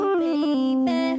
baby